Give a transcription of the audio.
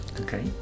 Okay